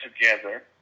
together